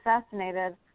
assassinated